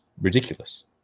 ridiculous